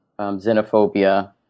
xenophobia